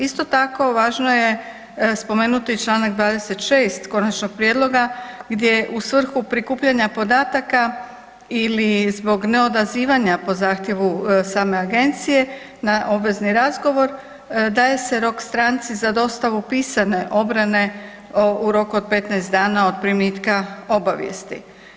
Isto tako, važno je spomenuti Članak 26. konačnog prijedloga gdje u svrhu prikupljanja podataka ili zbog neodazivanja po zahtjevu same agencije na obvezni razgovor daje se rok stranci za dostavu pisane obrane u roku od 15 dana od primitka obavijesti.